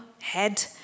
head